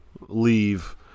leave